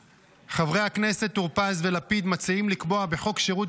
חברי הכנסת טור פז ולפיד מציעים לקבוע בחוק שירות